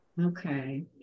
Okay